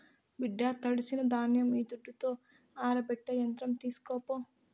బిడ్డా తడిసిన ధాన్యం ఈ దుడ్డుతో ఆరబెట్టే యంత్రం తీస్కోపో